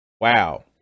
wow